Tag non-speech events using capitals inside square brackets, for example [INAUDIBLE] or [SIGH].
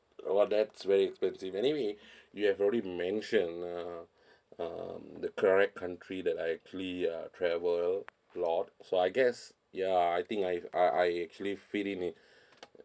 well that's very expensive anyway [BREATH] you have already mention uh [BREATH] um the correct country that I actually uh travel a lot so I guess ya I think I've I I actually fit in it [BREATH]